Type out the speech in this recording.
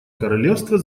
королевства